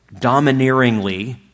domineeringly